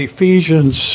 Ephesians